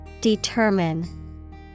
Determine